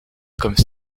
comme